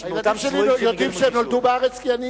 הילדים שלי יודעים שהם נולדו בארץ כי אני